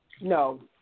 no